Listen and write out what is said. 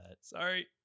sorry